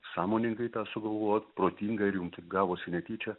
sąmoningai tą sugalvojot protingai ar jum taip gavosi netyčia